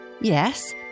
Yes